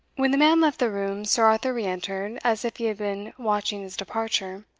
when the man left the room, sir arthur re-entered, as if he had been watching his departure.